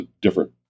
different